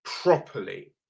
properly